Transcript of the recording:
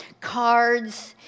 cards